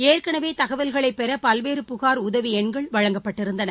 ஏற்கனவே தகவல்களைப்பெற பல்வேறு புகார் உதவி எண்கள் வழங்கப்பட்டிருந்தன